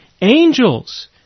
angels